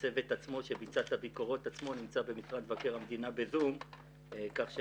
הצוות עצמו שביצע את הביקורות זמין בזום וניתן,